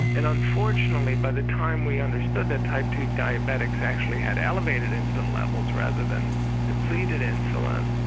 and unfortunately by the time we understood that type ii diabetics actually had elevated insulin levels rather than depleted insulin,